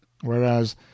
whereas